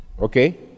okay